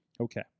okay